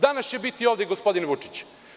Danas će biti ovde gospodin Vučić.